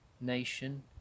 nation